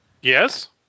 Yes